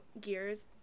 Gears